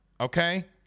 okay